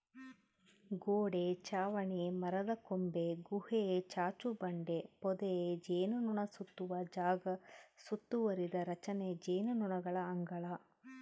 ಗೋಡೆ ಚಾವಣಿ ಮರದಕೊಂಬೆ ಗುಹೆ ಚಾಚುಬಂಡೆ ಪೊದೆ ಜೇನುನೊಣಸುತ್ತುವ ಜಾಗ ಸುತ್ತುವರಿದ ರಚನೆ ಜೇನುನೊಣಗಳ ಅಂಗಳ